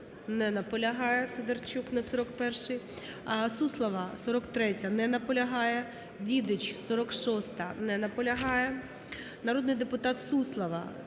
Суслова, 43-я. Не наполягає. Дідич, 46-а. Не наполягає. Народний депутат Суслова,